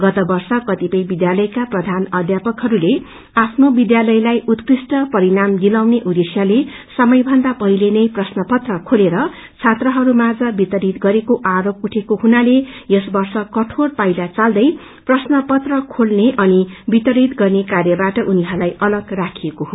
गत वर्ष कतिपय विध्यालयका प्रधान अध्यापकहरूले आफ्नो विध्यालयलाई उत्कृष्ट परिणम दिलाउने उद्देश्यले समयभन्दा पहिले नै प्रश्न पत्र खेलेर छात्रहरूमाझ क्तिरित गरेको आरोप उठेको हुनाले यस वर्ष कठोर पाइता चाल्दै प्रश्न पत्र खेल्ने अनि वितरित गत्रे कार्यवाट उनीहरूलाई अलग राखिएको हो